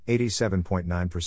87.9%